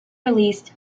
released